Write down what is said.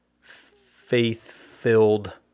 faith-filled